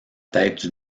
tête